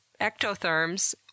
ectotherms